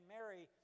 Mary